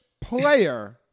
player